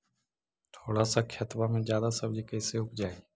थोड़ा सा खेतबा में जादा सब्ज़ी कैसे उपजाई?